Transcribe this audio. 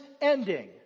ending